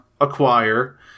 acquire